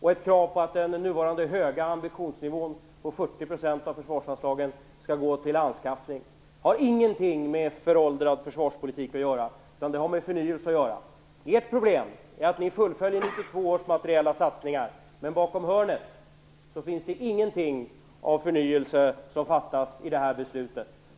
Vi har också krav på att den nuvarande höga ambitionsnivån på 40 % av försvarsanslagen skall gå till anskaffning. Detta har ingenting med föråldrad försvarspolitik att göra, utan det har med förnyelse att göra. Ert problem är att ni fullföljer 1992 års materiella satsningar, men bakom hörnet finns det ingenting av förnyelse i det beslut som kommer att fattas.